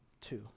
two